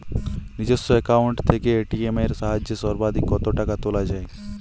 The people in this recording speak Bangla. নিজস্ব অ্যাকাউন্ট থেকে এ.টি.এম এর সাহায্যে সর্বাধিক কতো টাকা তোলা যায়?